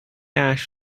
ash